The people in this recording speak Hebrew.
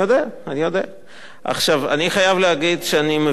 אני חייב להגיד שאני מבין את הכעס הזה,